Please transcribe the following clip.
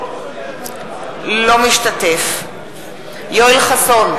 אינו משתתף בהצבעה יואל חסון,